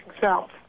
south